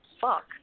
fuck